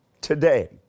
today